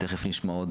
ותכף נשמע עוד